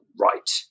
right